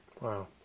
Wow